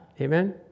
Amen